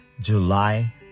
July